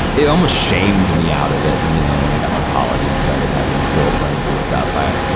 it almost shamed me out of it, and you, know and i got to college and started having girlfriends and stuff. i,